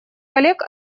коллег